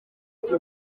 ubu